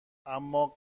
اما